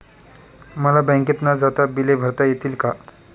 मला बँकेत न जाता बिले भरता येतील का?